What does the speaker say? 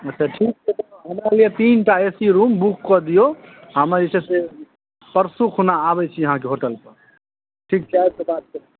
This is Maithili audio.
अच्छा ठीक छै कोनो हमरा लिये तीन टा ए सी रूम बुक कऽ दियौ हमे जे छै से परसु खुना आबै छी अहाँके होटल पर ठीक छै आबि कऽ बात करै छी